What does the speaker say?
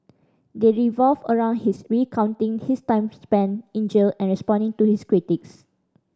they revolve around his recounting his time spent in jail and responding to his critics